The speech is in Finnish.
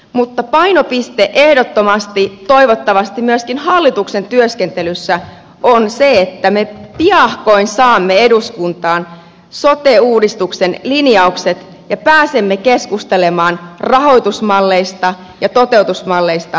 mutta painopiste ehdottomasti toivottavasti myöskin hallituksen työskentelyssä on se että me piakkoin saamme eduskuntaan sote uudistuksen linjaukset ja pääsemme keskustelemaan rahoitusmalleista ja toteutusmalleista sen suhteen